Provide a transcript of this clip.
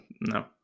No